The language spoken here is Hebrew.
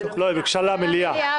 היא ביקשה למליאה.